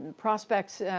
prospects,